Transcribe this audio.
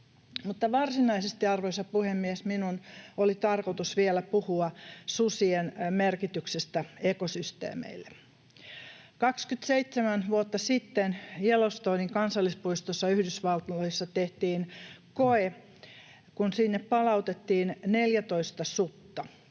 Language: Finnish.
varsinaisesti, arvoisa puhemies, minun oli tarkoitus vielä puhua susien merkityksestä ekosysteemeille. 27 vuotta sitten Yellowstonen kansallispuistossa Yhdysvalloissa tehtiin koe, kun sinne palautettiin 14 sutta.